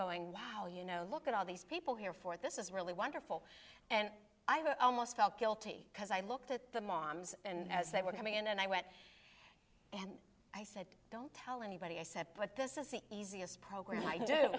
going wow you know look at all these people here for this is really wonderful and i almost felt guilty because i looked at the moms and as they were coming in and i went and i said don't tell anybody i said but this is the easiest program i do